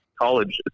college